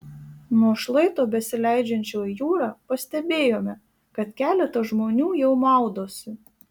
nuo šlaito besileidžiančio į jūrą pastebėjome kad keletas žmonių jau maudosi